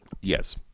Yes